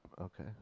Okay